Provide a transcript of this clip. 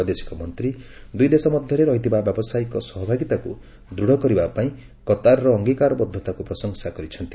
ବୈଦେଶିକ ମନ୍ତ୍ରୀ ଦୁଇଦେଶ ମଧ୍ୟରେ ରହିଥିବା ବ୍ୟବସାୟିକ ସହଭାଗିତାକୁ ଦୃଢ଼ କରିବା ପାଇଁ କତାରର ଅଙ୍ଗୀକାରବଦ୍ଧତାକୁ ପ୍ରଶଂସା କରିଛନ୍ତି